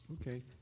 Okay